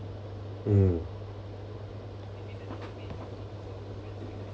mm